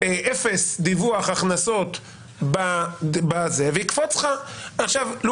אפס דיווח הכנסות בזה, ויקפוץ לך אי תאימות.